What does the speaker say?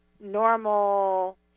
normal